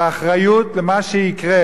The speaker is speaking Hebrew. באחריות למה שיקרה.